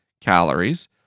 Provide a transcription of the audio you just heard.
calories